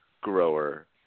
grower